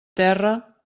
terra